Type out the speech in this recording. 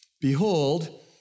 Behold